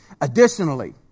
Additionally